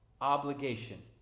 obligation